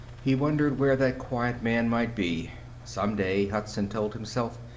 he wondered where that quiet man might be. some day, hudson told himself,